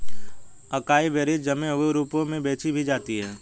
acai berries जमे हुए रूप में भी बेची जाती हैं